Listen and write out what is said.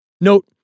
Note